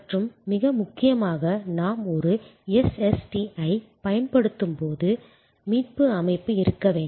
மற்றும் மிக முக்கியமாக நாம் ஒரு SST ஐப் பயன்படுத்தும் போது மீட்பு அமைப்பு இருக்க வேண்டும்